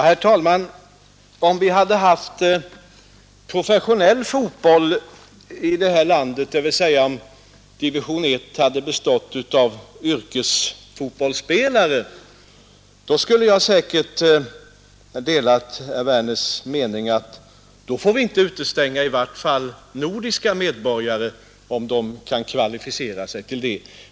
Herr talman! Om vi hade haft professionell fotboll i detta land, dvs. om division I hade bestått av yrkesfotbollsspelare, skulle jag säkert ha delat herr Werners mening att vi inte får utestänga i varje fall nordiska medborgare, om de i övrigt kan kvalificera sig.